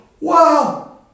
wow